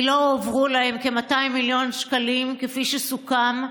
כי לא הועברו להן כ-200 מיליון שקלים כפי שסוכם,